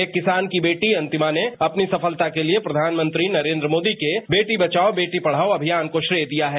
एक किसान की बेटी अंतिमा ने अपनी सफलता के लिए प्रधानमंत्री नरेन्द्र मोदी के बेटी बचाओं बेटी पढ़ाओं अभियान का श्रेय दिया है